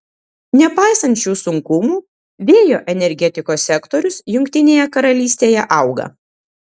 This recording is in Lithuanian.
nepaisant šių sunkumų vėjo energetikos sektorius jungtinėje karalystėje auga